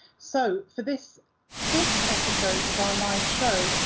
so, for this fifth episode of our live show,